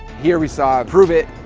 here we saw pruvit.